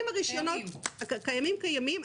הקיימים קיימים.